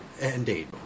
Indeed